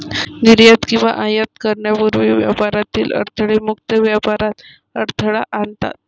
निर्यात किंवा आयात करण्यापूर्वी व्यापारातील अडथळे मुक्त व्यापारात अडथळा आणतात